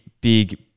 big